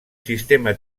sistema